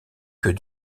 que